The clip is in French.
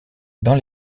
dans